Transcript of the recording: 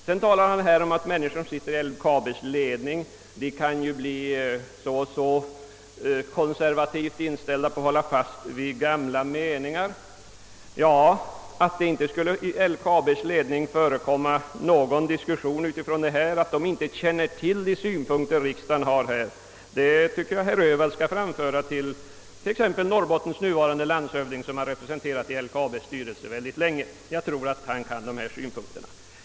Vidare sade han att personer som sitter i LKAB:s ledning kan bli konservativt inställda så att de håller fast vid gamla meningar. Tanken att det inte skulle förekomma någon diskussion inom LKAB:s ledning därför att ledningen inte känner till riksdagens synpunkter, den tycker jag herr Öhvall skall framföra till exempelvis Norrbottens nuvarande landshövding, som sitter i LKAB:s styrelse sedan mycket långt tillbaka; jag tror han känner till dessa synpunkter.